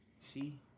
See